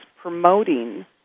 promoting